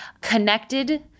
connected